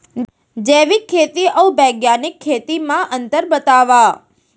जैविक खेती अऊ बैग्यानिक खेती म अंतर बतावा?